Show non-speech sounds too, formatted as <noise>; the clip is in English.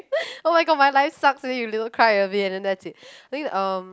<noise> oh-my-god my life sucks then you little cry a bit then that's it I think um